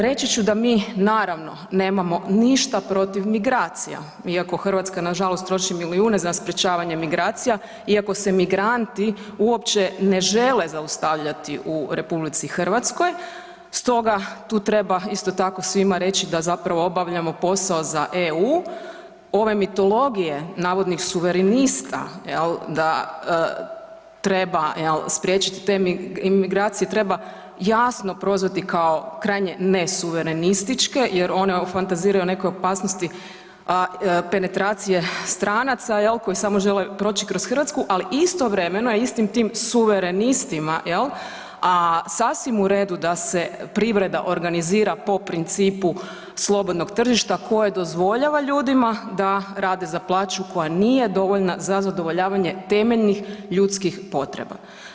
Reći ću da mi naravno nemamo ništa protiv migracija, iako Hrvatska nažalost troši milijune za sprječavanje migracija, iako se migranti uopće ne žele zaustavljati u RH, stoga tu treba isto tako svima reći da zapravo obavljamo posao sa EU, ove mitologije navodnih suverenista jel', da treba jel', spriječiti te imigracije, treba jasno prozvati kao krajnje nesuverenističke jer one fantaziraju o nekoj opasnosti penetracije stranaca jel', koji samo žele proći kroz Hrvatsku ali istovremeno, a istim tim suverenistima jel', a sasvim u redu da se privreda organizira po principu slobodnog tržišta koje dozvoljava ljudima da rade za plaću koja nije dovoljna za zadovoljavanje temeljenih ljudskih potreba.